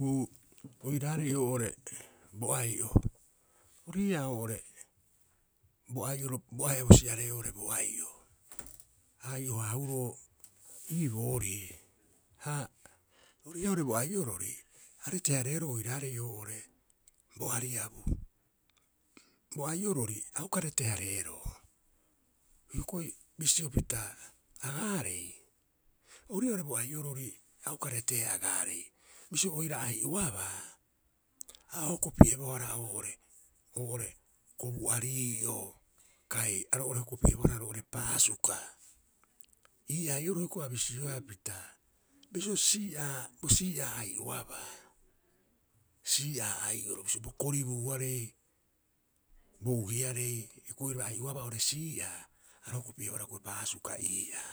Uu, oiraarei oo'ore bo ai'o, ori ii'aa oo'ore bo ai'oro, bo ahe'a bosi'aree'oo oo'ore bo ai'o, a ai'o- haahuroo ii boorii. Ha ori ii'aa oo'ore bo ai'orori a rete- hareeroo oiraarei oo'ore bo ariabu. Bo ai'orori a uka rete- hareeroo, hioko'i bisio pita agaarei, ori ii'aa oo'ore bo ai'orori a uka reteea agaarei, bisio oira ai'oabaa, a o hokopi'ebohara oo'ore oo'ore kobu arii'oo kai a roo'ore hokopi'ebohara roo'ore paasuka. Ii ai'oroo hioko'i a bisioea pita bisio sii'aa bo sii'aa ai'oabaa, sii'a ai'oro bisio bo koribuuarei bouihiarei, hioko'i oiraba ai'oabaa o'ore sii'aa, a ro hokopi'ebohara hioko'i paasuka ii'aa.